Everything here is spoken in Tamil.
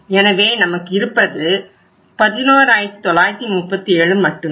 எனவே நமக்கு இருப்பது 11937 மட்டுமே